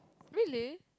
really